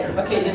okay